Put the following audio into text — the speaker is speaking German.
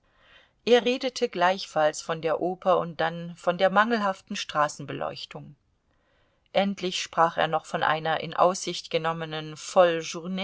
er redete gleichfalls von der oper und dann von der mangelhaften straßenbeleuchtung endlich sprach er noch von einer in aussicht genommenen